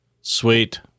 Sweet